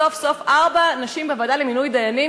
סוף-סוף ארבע נשים חברות בוועדה למינוי דיינים,